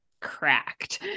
cracked